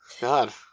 God